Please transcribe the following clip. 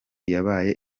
yabaye